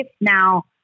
Now